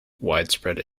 widespread